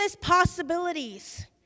possibilities